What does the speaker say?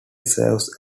serves